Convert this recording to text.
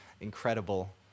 incredible